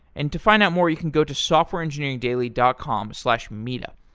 and to find out more, you can go to softwareengineeringdaily dot com slash meetup.